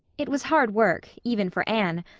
it was hard work, even for anne,